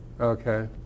Okay